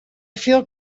feel